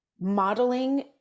modeling